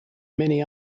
many